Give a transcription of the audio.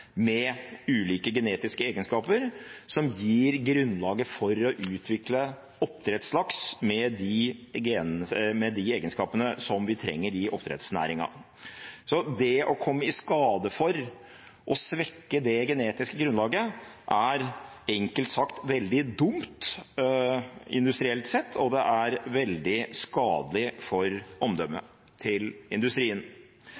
med ulike genetiske egenskaper som gir grunnlaget for å utvikle oppdrettslaks med de egenskapene vi trenger i oppdrettsnæringen. Så det å komme i skade for å svekke det genetiske grunnlaget er, enkelt sagt, veldig dumt industrielt sett, og det er veldig skadelig for